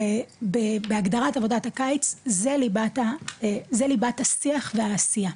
זה בהגדרת עבודת הקיץ זה ליבת השיח והעשייה.